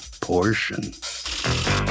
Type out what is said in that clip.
portion